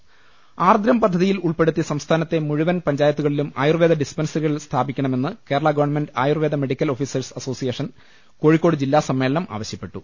അവൽക്കുള് ആർദ്രം പദ്ധതിയിൽ ഉൾപ്പെടുത്തി സംസ്ഥാനത്തെ മുഴുവൻ പഞ്ചായ ത്തുകളിലും ആയുർവേദ ഡിസ്പെൻസറികൾ സ്ഥാപിക്കണമെന്ന് Kerala government Ayurveda medical officers association Kozhikode ജില്ലാ സമ്മേളനം ആവശ്യപ്പെട്ടു